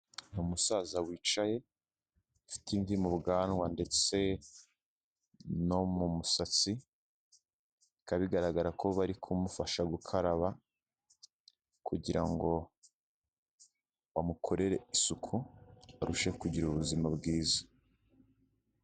Umusaza wicaye ufite imvi mu bwanwa ndetse no mu musatsi, bikaba bigaragara ko bari kumufasha gukaraba kugira ngo bamukorere isuku arusheho kugira ubuzima bwiza.